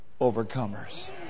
overcomers